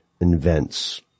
invents